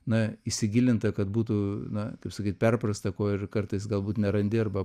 na įsigilinta kad būtų na kaip sakyt perprasta kuo ir kartais galbūt nerandi arba